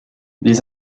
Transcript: des